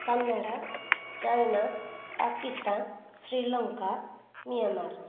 Canada China Pakistan Sri Lanka Myanmar